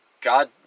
God